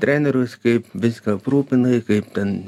trenerius kaip viską aprūpinai kaip ten